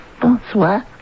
Bonsoir